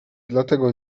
dlatego